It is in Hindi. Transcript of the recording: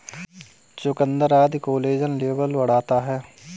चुकुन्दर आदि कोलेजन लेवल बढ़ाता है